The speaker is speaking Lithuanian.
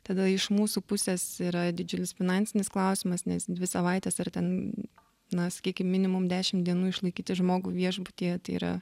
tada iš mūsų pusės yra didžiulis finansinis klausimas nes dvi savaites ar ten na sakykim minimum dešimt dienų išlaikyti žmogų viešbutyje tai yra